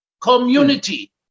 community